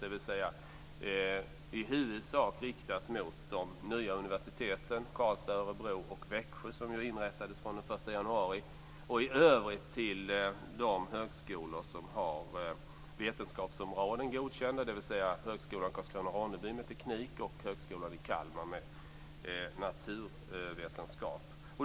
De ska i huvudsak riktas mot de nya universiteten i Karlstad, Örebro och Växjö, som ju inrättades från den 1 januari, och i övrigt till de högskolor som har vetenskapsområden godkända. Det handlar om Högskolan i Karlskrona/Ronneby med teknik och Högskolan i Kalmar med naturvetenskap.